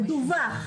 מדווח,